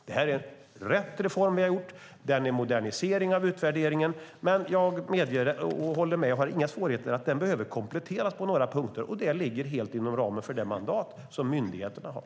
Det här är rätt reform. Det är en modernisering av utvärderingen. Jag håller med om att den behöver kompletteras på några punkter. Det ligger helt inom ramen för det mandat som myndigheterna har.